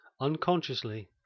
unconsciously